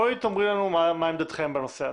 בואי תאמרי לנו מה עמדתכם בנושא הזה.